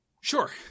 Sure